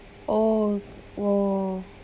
oh !wow!